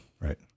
Right